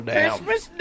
Christmas